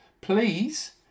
Please